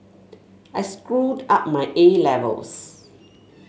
I screwed up my A Levels